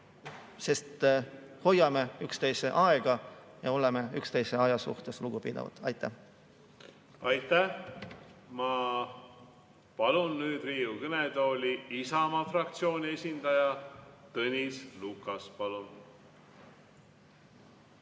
hoiame üksteise aega kokku ja oleme üksteise aja suhtes lugupidavad. Aitäh! Aitäh! Ma palun nüüd Riigikogu kõnetooli Isamaa fraktsiooni esindaja Tõnis Lukase. Palun!